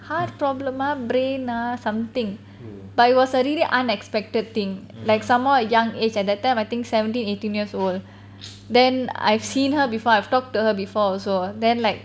heart problem ah brain ah something but it was a really unexpected thing like some more a young age at that time I think seventeen eighteen years old then I've seen her before I've talked to her before also then like